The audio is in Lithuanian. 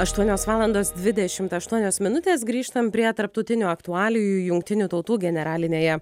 aštuonios valandos dvidešimt aštuonios minutės grįžtam prie tarptautinių aktualijų jungtinių tautų generalinėje